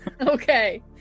Okay